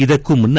ಇದಕ್ಕೂ ಮುನ್ನ